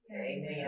Amen